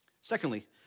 Secondly